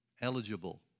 eligible